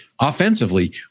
Offensively